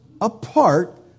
apart